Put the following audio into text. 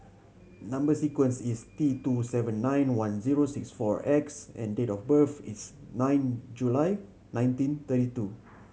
number sequence is T two seven nine one zero six four X and date of birth is nine July nineteen thirty two